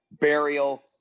burial